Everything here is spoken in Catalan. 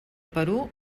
perú